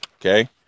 Okay